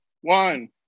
one